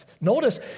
Notice